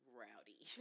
rowdy